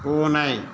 பூனை